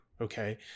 okay